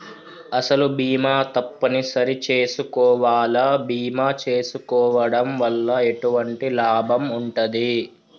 అసలు బీమా తప్పని సరి చేసుకోవాలా? బీమా చేసుకోవడం వల్ల ఎటువంటి లాభం ఉంటది?